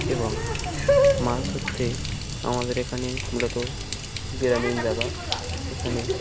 এবং মাছ ধরতে আমাদের এখানে মূলত গ্রামীণ যায়গা এখানে